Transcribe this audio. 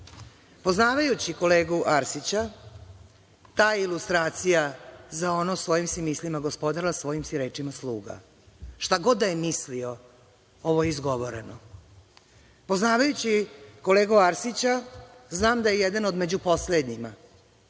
ostavku? Poznavajući kolegu Arsića, ta ilustracija za ono - svojim si mislima gospodar, a svojim si rečima sluga, šta god da je mislio ovo je izgovoreno. Poznavajući kolegu Arsića, znam da je jedan od među poslednjima